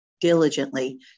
diligently